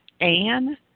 Anne